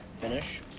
finish